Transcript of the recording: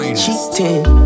cheating